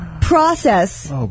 process